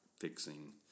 fixing